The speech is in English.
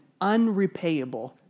unrepayable